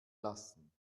lassen